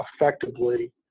effectively